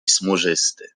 smużysty